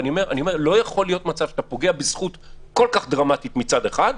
לא יכול להיות מצב שאתה פוגע בזכות כל כך דרמטית מצד אחד,